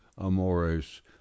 Amores